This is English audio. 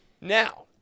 Now